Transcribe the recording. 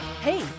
hey